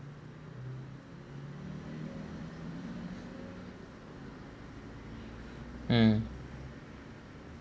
mm